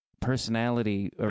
personality